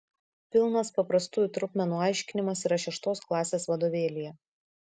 pilnas paprastųjų trupmenų aiškinimas yra šeštos klasės vadovėlyje